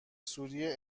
سوری